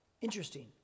Interesting